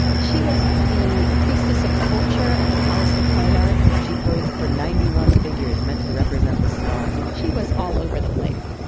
she was the priestess of culture at the palace of fine art. she posed for ninety one figures meant to represent the stars she was all over the place.